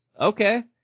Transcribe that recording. okay